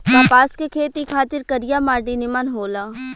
कपास के खेती खातिर करिया माटी निमन होला